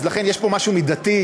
אז לכן יש פה משהו מידתי,